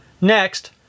Next